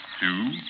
two